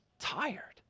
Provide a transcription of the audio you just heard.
tired